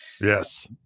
Yes